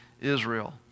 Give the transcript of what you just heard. Israel